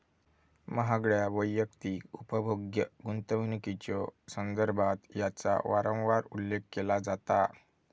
महागड्या वैयक्तिक उपभोग्य गुंतवणुकीच्यो संदर्भात याचा वारंवार उल्लेख केला जाता